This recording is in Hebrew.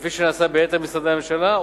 כפי שנעשה ביתר משרדי הממשלה.